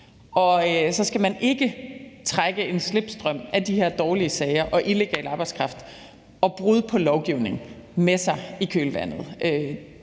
og så skal man ikke trække en slipstrøm af de her dårlige sager, illegal arbejdskraft og brud på lovgivning med sig i sit kølvand.